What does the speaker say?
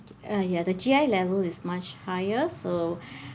ah ya the G_I level is much higher so